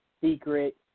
Secret